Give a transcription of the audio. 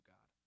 God